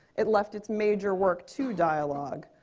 it left its major work to dialogue.